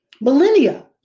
millennia